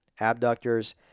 abductors